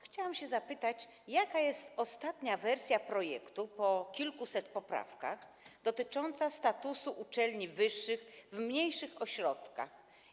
Chciałam się zapytać, jaka jest ostatnia wersja projektu po kilkuset poprawkach, dotycząca statusu uczelni wyższych w mniejszych ośrodkach.